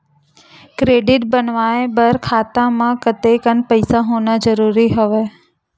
Credit बनवाय बर खाता म कतेकन पईसा होना जरूरी हवय?